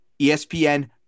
ESPN